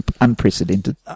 unprecedented